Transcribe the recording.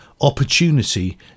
opportunity